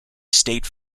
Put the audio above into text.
state